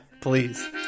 please